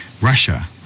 Russia